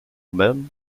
urbaine